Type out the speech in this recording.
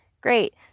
Great